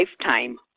lifetime